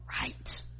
Right